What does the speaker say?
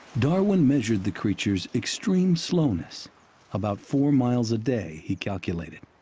darwin measured the creatures' extreme slowness about four miles a day, he calculated.